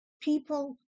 people